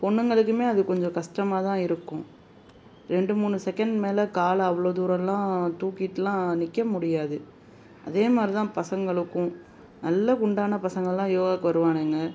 பொண்ணுங்களுக்குமே அது கொஞ்சம் கஷ்டமாதான் இருக்கும் ரெண்டு மூணு செகண்டுக்கு மேலே காலை அவ்வளோ தூரமெல்லாம் தூக்கிட்டெல்லாம் நிற்க முடியாது அதேமாதிரிதான் பசங்களுக்கும் நல்ல குண்டான பசங்களெல்லாம் யோகாவுக்கு வருவானுங்க